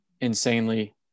insanely